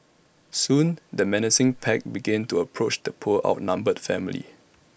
soon the menacing pack began to approach the poor outnumbered family